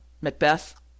Macbeth